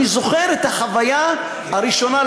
אני זוכר את החוויה הראשונה,